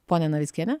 ponia navickiene